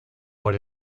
por